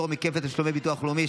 פטור מכפל תשלום דמי ביטוח לאומי),